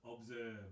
Observe